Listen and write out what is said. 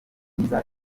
byiza